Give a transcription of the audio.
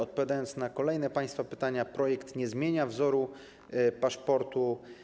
Odpowiadając na kolejne państwa pytania, wyjaśnię, że projekt nie zmienia wzoru paszportu.